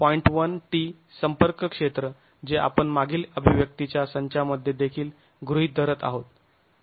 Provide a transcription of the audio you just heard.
1 t संपर्क क्षेत्र जे आपण मागील अभिव्यक्तीच्या संचामध्ये देखील गृहीत धरत आहोत